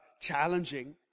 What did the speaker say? challenging